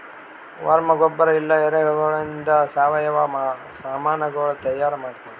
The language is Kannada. ವರ್ಮ್ ಗೊಬ್ಬರ ಇಲ್ಲಾ ಎರೆಹುಳಗೊಳಿಂದ್ ಸಾವಯವ ಸಾಮನಗೊಳ್ ತೈಯಾರ್ ಮಾಡ್ತಾರ್